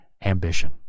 ambition